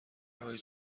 وای